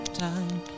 time